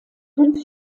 fünf